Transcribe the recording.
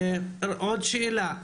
עוד שאלה,